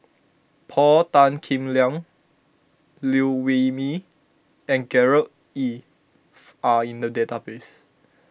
Paul Tan Kim Liang Liew Wee Mee and Gerard Ee are in the database